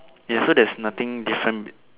ya so there's nothing different